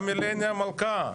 גם הלני המלכה.